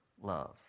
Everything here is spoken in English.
love